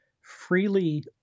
freely